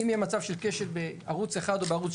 אם יהיה מצב של כשל בערוץ אחד או בערוץ